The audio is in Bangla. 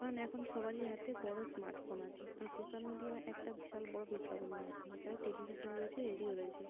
কারণ এখন সবারই হাতে বড়ো স্মার্টফোন আছে তো সোশ্যাল মিডিয়া একটা বিশাল বড়ো বিজ্ঞাপনের মাধ্যম এছাড়াও টেলিভিশান রয়েছে রেডিও রয়েছে